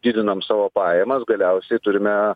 didinom savo pajamas galiausiai turime